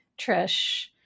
Trish